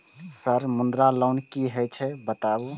Sir Mudra loan की हे छे बताबू?